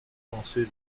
pensée